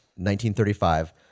1935